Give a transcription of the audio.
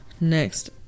Next